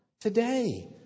today